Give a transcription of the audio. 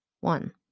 One